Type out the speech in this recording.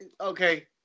okay